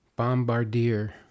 Bombardier